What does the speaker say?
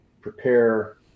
prepare